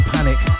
Panic